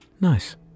Nice